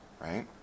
right